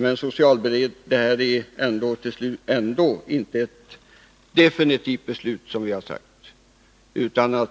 Men det här är ändå inte ett definitivt beslut, utan